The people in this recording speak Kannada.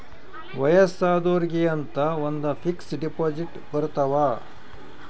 ವಯಸ್ಸಾದೊರ್ಗೆ ಅಂತ ಒಂದ ಫಿಕ್ಸ್ ದೆಪೊಸಿಟ್ ಬರತವ